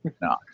No